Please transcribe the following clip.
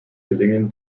gelingen